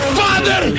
father